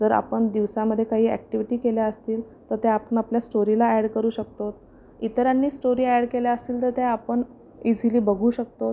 जर आपण दिवसामध्ये काही अॅक्टीव्हिटी केल्या असतील तर ते आपण आपल्या स्टोरीला अॅड करू शकतो इतरांनी स्टोरी अॅड केल्या असतील तर त्या आपण इझिली बघू शकतो